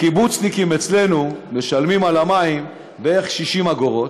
הקיבוצניקים אצלנו משלמים על המים בערך 60 אגורות,